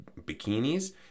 bikinis